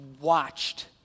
watched